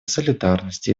солидарности